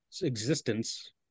existence